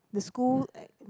the school